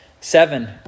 Seven